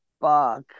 Fuck